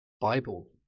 Bible